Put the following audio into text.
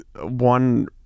one